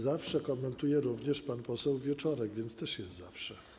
Zawsze komentuje również pan poseł Wieczorek, więc też jest zawsze.